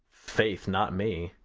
faith, not me.